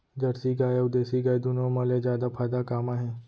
Jersey गाय अऊ देसी गाय दूनो मा ले जादा फायदा का मा हे?